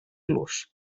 los